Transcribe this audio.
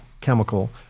chemical